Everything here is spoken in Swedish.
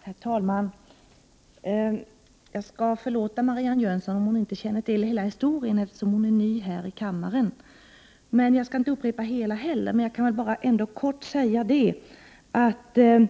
Herr talman! Jag skall ha överseende med att Marianne Jönsson inte känner till hela historien, eftersom hon är ny här i kammaren. Jag skall inte upprepa hela historien heller, jag tänker bara kort säga att frågan om